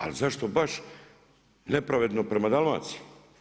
Ali zašto baš nepravedno prema Dalmaciji?